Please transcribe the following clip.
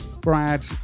Brad